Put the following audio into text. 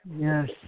Yes